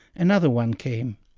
another one came,